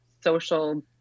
social